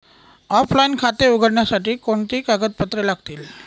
Offline खाते उघडण्यासाठी कोणती कागदपत्रे लागतील?